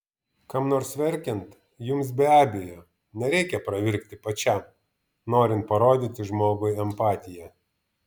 kam nors verkiant jums be abejo nereikia pravirkti pačiam norint parodyti žmogui empatiją